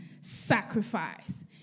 sacrifice